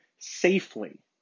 safely